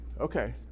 Okay